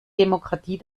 demokratie